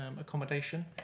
accommodation